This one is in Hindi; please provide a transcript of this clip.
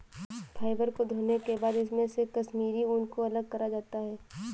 फ़ाइबर को धोने के बाद इसमे से कश्मीरी ऊन को अलग करा जाता है